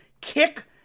kick